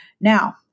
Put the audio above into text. Now